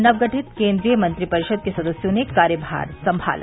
नवगठित केन्द्रीय मंत्रिपरिषद के सदस्यों ने कार्यभार संभाला